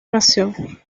nación